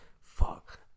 Fuck